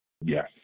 Yes